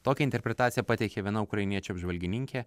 tokią interpretaciją pateikė viena ukrainiečių apžvalgininkė